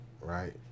right